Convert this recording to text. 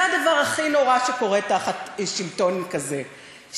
זה הדבר הכי נורא שקורה תחת שלטון כזה,